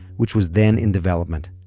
which was then in development.